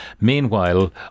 Meanwhile